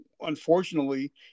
unfortunately